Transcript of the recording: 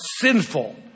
sinful